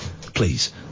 Please